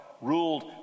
ruled